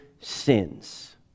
sins